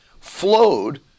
flowed